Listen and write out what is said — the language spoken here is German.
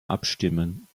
abstimmen